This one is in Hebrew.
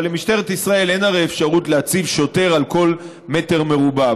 אבל למשטרת ישראל אין הרי אפשרות להציב שוטר על כל מטר מרובע,